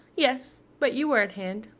yes but you were at hand,